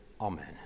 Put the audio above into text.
Amen